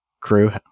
crew